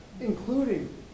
including